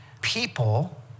people